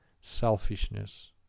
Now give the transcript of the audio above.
selfishness